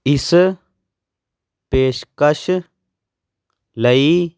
ਇਸ ਪੇਸ਼ਕਸ਼ ਲਈ